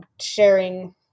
sharing